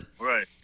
Right